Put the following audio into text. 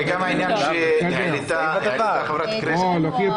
גם את העניין שהעלתה חברת הכנסת פרומן.